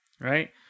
Right